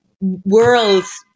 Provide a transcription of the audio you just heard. worlds